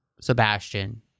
sebastian